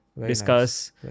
discuss